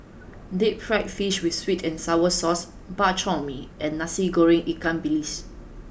deep fried fish with sweet and sour sauce Bak Chor Mee and Nasi Goreng Ikan Bilis